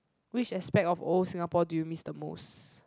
which aspect of old Singapore do you miss the most